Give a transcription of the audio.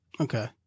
Okay